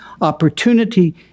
opportunity